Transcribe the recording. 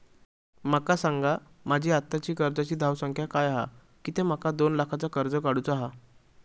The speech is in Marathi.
माका सांगा माझी आत्ताची कर्जाची धावसंख्या काय हा कित्या माका दोन लाखाचा कर्ज काढू चा हा?